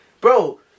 Bro